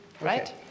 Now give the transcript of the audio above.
Right